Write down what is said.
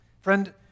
Friend